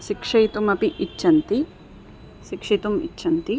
शिक्षितुम् अपि इच्छन्ति शिक्षितुम् इच्छन्ति